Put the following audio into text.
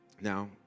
Now